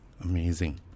Amazing